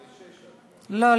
לא.